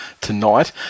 tonight